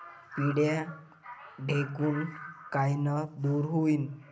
पिढ्या ढेकूण कायनं दूर होईन?